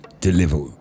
Deliver